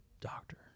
doctor